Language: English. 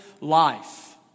life